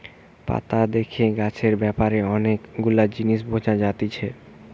পাতা দেখে গাছের ব্যাপারে অনেক গুলা জিনিস বুঝা যাতিছে